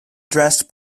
dressed